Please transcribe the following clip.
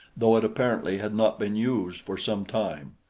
though it apparently had not been used for some time.